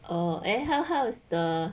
oh eh how how's the